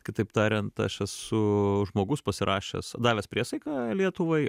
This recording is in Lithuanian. kitaip tariant aš esu žmogus pasirašęs davęs priesaiką lietuvai